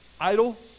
Idle